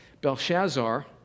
Belshazzar